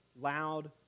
loud